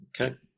Okay